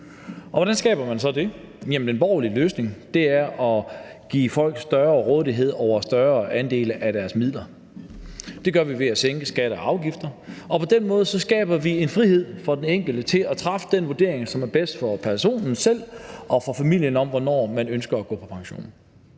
Og hvordan skaber man så det? Jamen den borgerlige løsning er at give folk større rådighed over større andele af deres midler. Det gør vi ved at sænke skatter og afgifter, og på den måde skaber vi en frihed for den enkelte til at træffe den beslutning, som er bedst for personen selv og for familien, om, hvornår man ønsker at gå på pension.